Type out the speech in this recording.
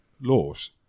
laws